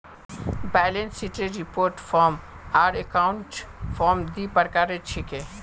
balance शीटेर report form आर account form दी प्रकार छिके